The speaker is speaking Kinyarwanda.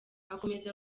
akomeza